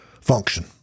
function